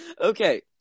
Okay